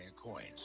Coins